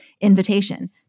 invitation